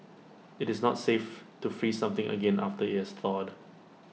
IT is not safe to freeze something again after IT has thawed